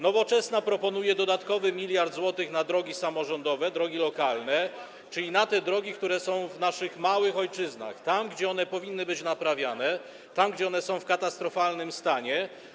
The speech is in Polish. Nowoczesna proponuje dodatkowy 1 mld zł na drogi samorządowe, drogi lokalne, czyli na te drogi, które są w naszych małych ojczyznach, tam gdzie one powinny być naprawiane, tam gdzie one są w katastrofalnym stanie.